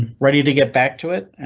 ready to get back to it.